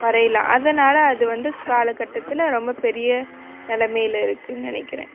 வரையலாம் அதனால் அது வந்து காலகட்டத்தில் ரொம்ப பெரிய நிலமையில இருக்குதுன்னு நினைக்கிறேன்